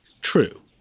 true